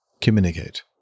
communicate